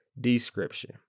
description